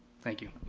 thank you.